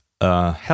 Help